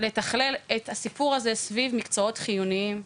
לתכלל את הסיפור הזה סביב מקצועות חיוניים,